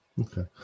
okay